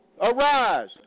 arise